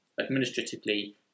administratively